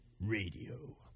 Radio